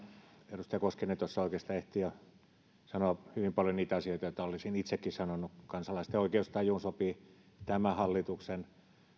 edustaja koskinen tuossa oikeastaan ehti jo sanoa hyvin paljon niitä asioita joita olisin itsekin sanonut kansalaisten oikeustajuun sopii tämä hallituksen